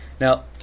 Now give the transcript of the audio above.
now